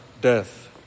death